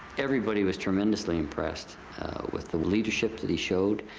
everybody was tremendously impressed with the leadership that he showed.